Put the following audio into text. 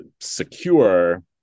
secure